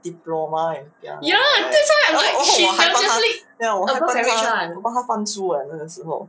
diploma in the oh ya 然后我还帮她 ya 我还帮她帮她翻书 eh 那个时候